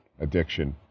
addiction